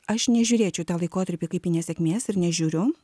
aš nežiūrėčiau į tą laikotarpį kaip į nesėkmės ir nežiūriu